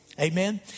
Amen